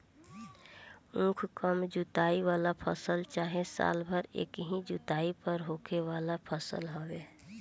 उख कम जुताई वाला फसल चाहे साल भर एकही जुताई पर होखे वाला फसल हवे